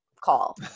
call